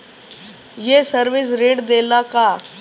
ये सर्विस ऋण देला का?